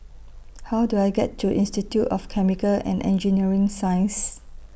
How Do I get to Institute of Chemical and Engineering Sciences